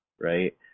right